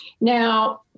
Now